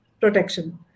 Protection